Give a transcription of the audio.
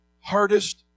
hardest